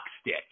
stick